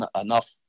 enough